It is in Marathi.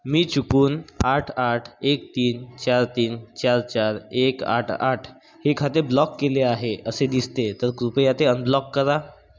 मी चुकून आठ आठ एक तीन चार तीन चार चार एक आठ आठ हे खाते ब्लॉक केले आहे असे दिसते तर कृपया ते अनब्लॉक करा